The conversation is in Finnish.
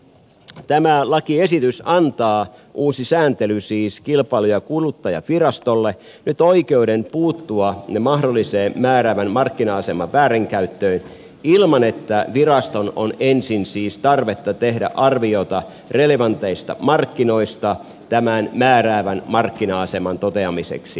tämä lakiesitys antaa uusi sääntely siis kilpailu ja kuluttajavirastolle nyt oikeuden puuttua mahdolliseen määräävän markkina aseman väärinkäyttöön ilman että virastolla on ensin tarvetta tehdä arviota relevanteista markkinoista tämän määräävän markkina aseman toteamiseksi